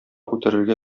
үтерергә